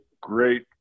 great